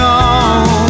on